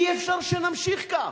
אי-אפשר שנמשיך כך.